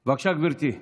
בבקשה, גברתי.